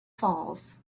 falls